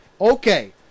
Okay